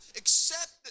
accept